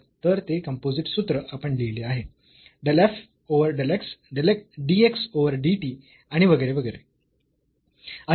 तर ते कंपोझिट सूत्र आपण लिहले आहे del f over del x dx over dt आणि वगैरे वगैरे